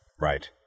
Right